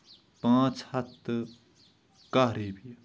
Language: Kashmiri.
پانژھ ہَتھ تہٕ کاہ رۄپیہِ